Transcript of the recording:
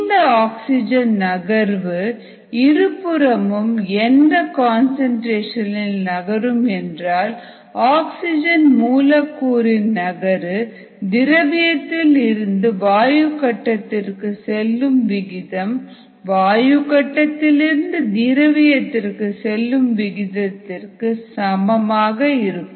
இந்த ஆக்சிஜன் நகர்வு இருபுறமும் எந்த கன்சன்ட்ரேஷன் இல் நகரும் என்றால் ஆக்சிஜன் மூலக்கூறின் நகர்வு திரவியத்தில் இருந்து வாயு கட்டத்திற்கு செல்லும் விகிதம் வாயு கட்டத்திலிருந்து திரவியதிற்கு செல்லும் விகிதத்திற்கு சமமாக இருக்கும்